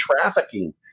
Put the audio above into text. trafficking